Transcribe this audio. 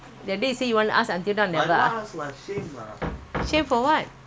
no we have money after I send I got the money can return return back